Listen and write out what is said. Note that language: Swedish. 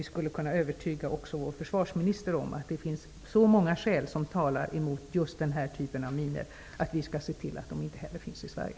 Vi borde också kunna övertyga vår försvarsminister om att det finns så många skäl som talar emot just denna typ av minor att vi skall se till att de inte heller finns i Sverige.